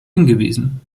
hingewiesen